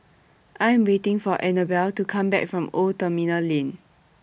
I'm waiting For Anabel to Come Back from Old Terminal Lane